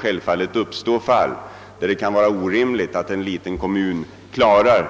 Självfallet kan det uppstå fall där det kan vara orimligt att en liten kommun skall kunna klara